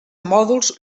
mòduls